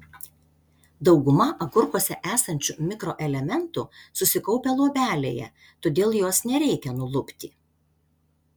dauguma agurkuose esančių mikroelementų susikaupę luobelėje todėl jos nereikia nulupti